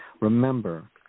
Remember